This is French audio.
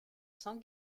sans